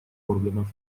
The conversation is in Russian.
органов